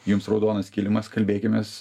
jums raudonas kilimas kalbėkimės